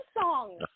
song